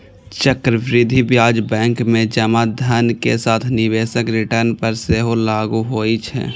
चक्रवृद्धि ब्याज बैंक मे जमा धन के साथ निवेशक रिटर्न पर सेहो लागू होइ छै